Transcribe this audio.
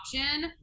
option